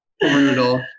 brutal